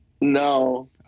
no